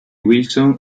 wilson